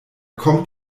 kommt